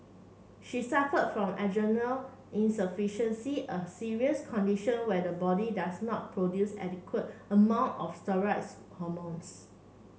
she suffered from adrenal insufficiency a serious condition where the body does not produce adequate amount of steroid hormones